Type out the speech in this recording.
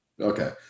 Okay